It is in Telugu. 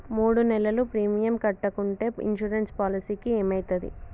మూడు నెలలు ప్రీమియం కట్టకుంటే ఇన్సూరెన్స్ పాలసీకి ఏమైతది?